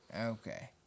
okay